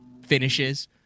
finishes